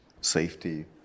safety